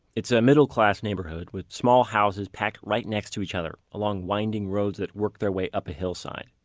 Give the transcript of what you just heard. it's a middle class neighborhood, with small houses packed right next to each other along winding roads that work their way up a hillside.